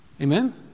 Amen